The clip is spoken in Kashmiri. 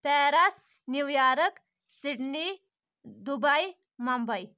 Paris New York Sydney Dubai Mumbai